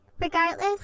Regardless